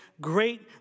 great